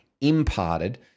imparted